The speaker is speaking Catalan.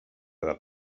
dels